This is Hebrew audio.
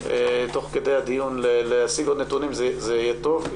תוך כדי הדיון, להשיג עוד נתונים זה יהיה טוב.